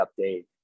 update